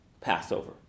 Passover